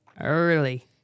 Early